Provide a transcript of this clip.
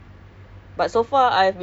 zao zao